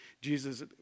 Jesus